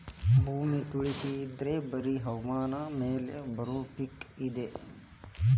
ಭೂಮಿ ತಳಸಿ ಇದ್ರ ಬರಿ ಹವಾಮಾನ ಮ್ಯಾಲ ಬರು ಪಿಕ್ ಇದ